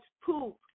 poop